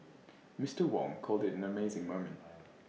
Mister Wong called IT an amazing moment